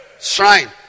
Shrine